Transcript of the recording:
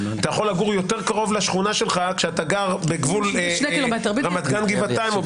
אתה יכול לגור יותר קרוב לשכונה שלך כשאתה גר בגבול רמת גן גבעתיים.